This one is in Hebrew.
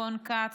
רון כץ,